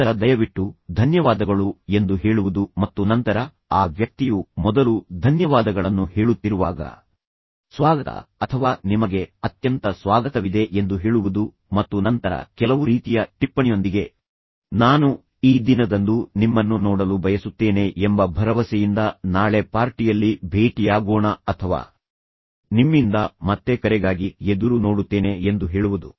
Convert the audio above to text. ನಂತರ ದಯವಿಟ್ಟು ಧನ್ಯವಾದಗಳು ಎಂದು ಹೇಳುವುದು ಮತ್ತು ನಂತರ ಆ ವ್ಯಕ್ತಿಯು ಮೊದಲು ಧನ್ಯವಾದಗಳನ್ನು ಹೇಳುತ್ತಿರುವಾಗ ಸ್ವಾಗತ ಅಥವಾ ನಿಮಗೆ ಅತ್ಯಂತ ಸ್ವಾಗತವಿದೆ ಎಂದು ಹೇಳುವುದು ಮತ್ತು ನಂತರ ಕೆಲವು ರೀತಿಯ ಟಿಪ್ಪಣಿಯೊಂದಿಗೆ ನಾನು ಈ ದಿನದಂದು ನಿಮ್ಮನ್ನು ನೋಡಲು ಬಯಸುತ್ತೇನೆ ಎಂಬ ಭರವಸೆಯಿಂದ ನಾಳೆ ಪಾರ್ಟಿಯಲ್ಲಿ ಭೇಟಿಯಾಗೋಣ ಅಥವಾ ನಿಮ್ಮಿಂದ ಮತ್ತೆ ಕರೆಗಾಗಿ ಎದುರು ನೋಡುತ್ತೇನೆ ಎಂದು ಹೇಳುವುದು